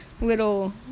Little